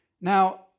Now